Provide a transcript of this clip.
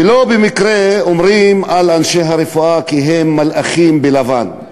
ולא במקרה אומרים על אנשי הרפואה כי הם מלאכים בלבן.